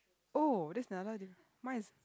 oh that's another di~ mine is